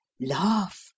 Laugh